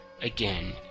again